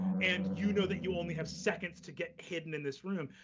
and you know that you only have seconds to get hidden in this room,